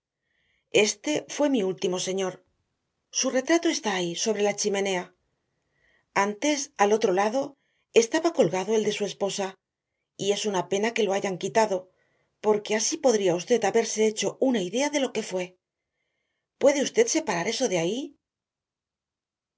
este fue mi último señor su retrato está ahí sobre la chimenea antes al otro lado estaba colgado el de su esposa y es una pena que lo hayan quitado porque así podría usted haberse hecho una idea de lo que fue puede usted separar eso de ahí